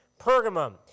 Pergamum